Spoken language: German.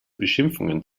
beschimpfungen